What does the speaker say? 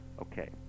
okay